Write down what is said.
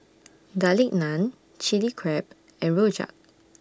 Garlic Naan Chili Crab and Rojak